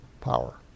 power